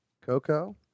Coco